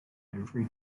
every